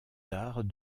d’arts